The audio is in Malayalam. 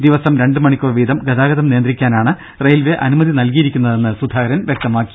ദിവസം രണ്ട് മണിക്കൂർ വീതം ഗതാഗതം നിയന്ത്രിക്കാനാണ് റെയിൽവെ അനുമതി നൽകിയിരിക്കുന്നതെന്ന് സുധാകരൻ വ്യക്തമാക്കി